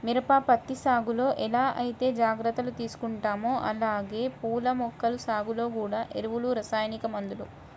మిరప, పత్తి సాగులో ఎలా ఐతే జాగర్తలు తీసుకుంటామో అలానే పూల మొక్కల సాగులో గూడా ఎరువులు, రసాయనిక మందులు